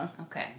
Okay